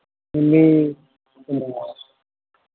ᱮᱢᱱᱤ ᱱᱚᱣᱟ